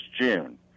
June